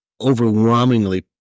overwhelmingly